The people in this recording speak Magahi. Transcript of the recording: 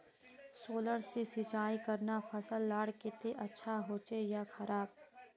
सोलर से सिंचाई करना फसल लार केते अच्छा होचे या खराब?